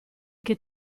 che